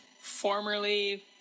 formerly